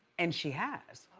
and she has.